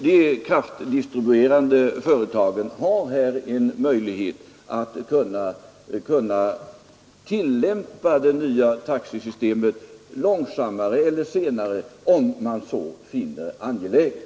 De kraftdistribuerande företagen har alltså här en möjlighet att tillämpa det nya taxesystemet långsammare eller senare, om man så finner angeläget.